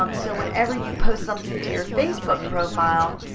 um so whenever you post something to your facebook profile,